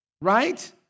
right